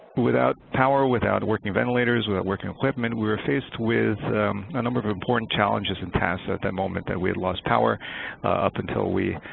without power, without working ventilators, without working equipment, we were faced with a number of important challenges and tasks at that moment that we had lost power up until we